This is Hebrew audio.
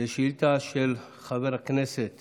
זו שאילתה של חבר הכנסת